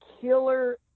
killer